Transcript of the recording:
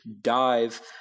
dive